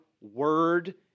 word